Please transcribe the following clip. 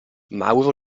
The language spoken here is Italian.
mauro